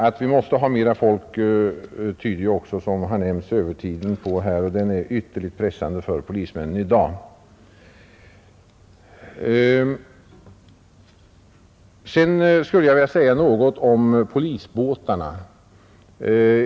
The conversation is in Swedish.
Att vi måste ha mera folk tyder också, som nämnts, övertiden på. Den är ytterligt pressande för polismännen i dag. Sedan skulle jag vilja säga något om polisbåtarna.